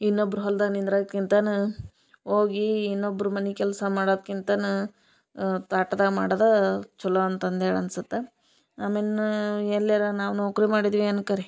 ಇನ್ನೊಬ್ರ ಹೊಲ್ದಾಗ ನಿಂದ್ರಾಗ್ಕಿಂತನು ಹೋಗಿ ಇನ್ನೊಬ್ರ ಮನಿ ಕೆಲಸ ಮಾಡದ್ಕಿಂತನ ಆ ತ್ವಾಟ್ದಾಗ ಮಾಡದಾ ಚಲೋ ಅಂತದು ಹೇಳ್ ಅನ್ಸತ್ತ ಆಮ್ ಇನ್ನ ಎಲ್ಯಾರ ನಾವು ನೌಕರಿ ಮಾಡಿದ್ವಿ ಅನ್ಕರಿ